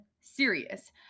serious